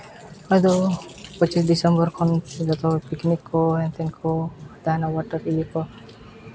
ᱟᱫᱚ ᱯᱚᱸᱪᱤᱥ ᱰᱤᱥᱮᱢᱵᱚᱨ ᱠᱷᱚᱱ ᱯᱤᱠᱱᱤᱠ ᱠᱚ ᱦᱮᱱᱛᱮᱱ ᱠᱚ ᱛᱟᱦᱮᱱᱟ ᱤᱭᱟᱹ ᱠᱚ